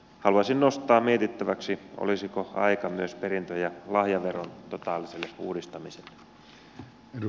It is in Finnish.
haluaisin nostaa mietittäväksi olisiko aika myös perintö ja lahjaveron totaaliselle uudistamiselle